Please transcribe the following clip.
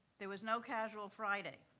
there was no casual friday.